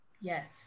yes